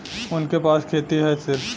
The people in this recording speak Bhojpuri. उनके पास खेती हैं सिर्फ